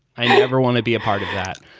i never want to be a part of that.